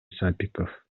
сапиков